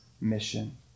mission